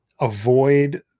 avoid